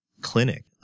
clinic